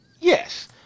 Yes